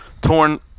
torn